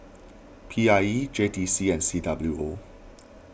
P I E J T C and C W O